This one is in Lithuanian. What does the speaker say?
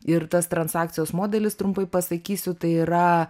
ir tas transakcijos modelis trumpai pasakysiu tai yra